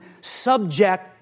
subject